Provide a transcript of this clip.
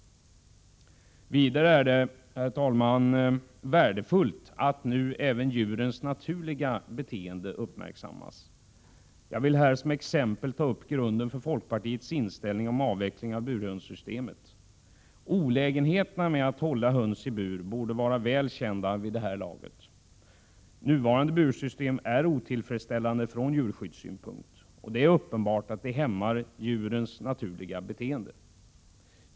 Vidare är det värdefullt att nu även djurens naturliga beteende uppmärksammas. Jag vill här som exempel ta upp grunden för folkpartiets inställning till avveckling av burhönssystemet. Olägenheterna med att hålla höns i bur borde vara väl kända vid det här laget. Nuvarande bursystem är otillfredsställande från djurskyddssynpunkt. Det är uppenbart att det hämmar djurens naturliga beteende.